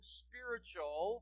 spiritual